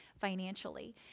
financially